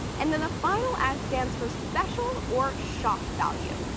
and then the final s stands for special or shock value.